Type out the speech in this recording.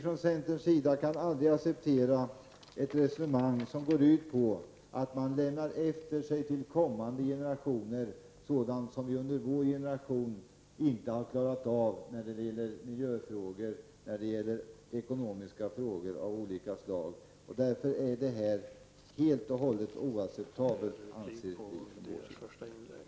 Vi i centern kan aldrig acceptera ett resonemang som går ut på att man lämnar efter sig till kommande generationer sådant som vi under vår generation inte har klarat av när det gäller miljöfrågor och ekonomiska frågor av olika slag. Det är helt och hållet oacceptabelt, anser vi från vår sida.